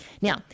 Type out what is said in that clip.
Now